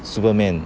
superman